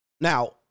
Now